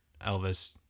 elvis